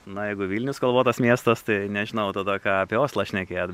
na jeigu vilnius kalvotas miestas tai nežinau tada ką apie oslą šnekėt